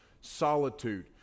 solitude